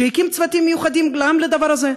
שיקים צוותים מיוחדים גם לדבר הזה.